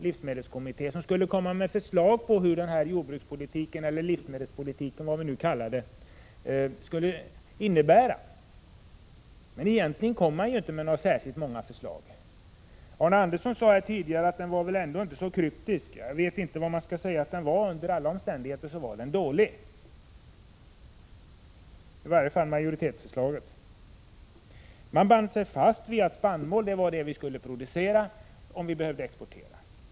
Livsmedelskommittén, LMK, skulle ge förslag till vad jordbrukspolitiken, eller livsmedelspolitiken, skulle innebära, men den hade inte särskilt många förslag. Arne Andersson i Ljung sade att utredningen inte var så kryptisk. Jag vet inte vad man skall säga, men den var under alla omständigheter dålig, åtminstone majoritetsförslaget. LMK band fast sig vid idén att det skulle produceras spannmål, om Sverige behövde exportera.